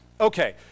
Okay